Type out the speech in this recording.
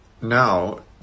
now